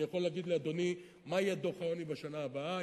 אני יכול להגיד לאדוני מה יהיה דוח העוני בשנה הבאה,